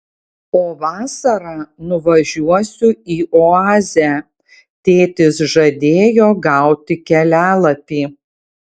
o vasarą nuvažiuosiu į oazę tėtis žadėjo gauti kelialapį